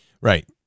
Right